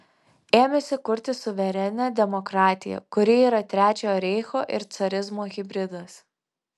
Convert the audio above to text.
ėmėsi kurti suverenią demokratiją kuri yra trečiojo reicho ir carizmo hibridas